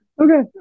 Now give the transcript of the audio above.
Okay